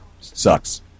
sucks